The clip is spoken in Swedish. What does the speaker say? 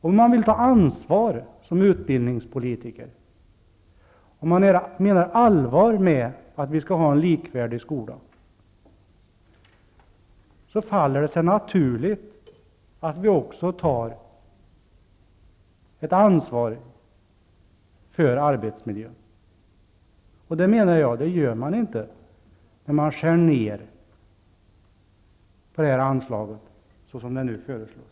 Om vi vill ta ansvar som utbildningspolitiker och menar allvar med att vi skall ha en likvärdig skola, faller det sig naturligt att vi också tar ett ansvar för arbetsmiljön. Jag menar att man inte gör det när man skär ned på detta anslag, såsom nu föreslås.